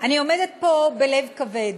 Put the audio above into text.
אני עומדת פה בלב כבד.